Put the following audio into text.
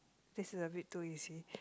this is a bit too easy